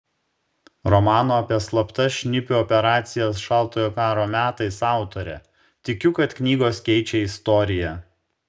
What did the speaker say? romano apie slaptas šnipių operacijas šaltojo karo metais autorė tikiu kad knygos keičia istoriją